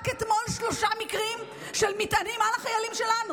רק אתמול היו שלושה מקרים של מטענים על החיילים שלנו.